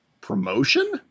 promotion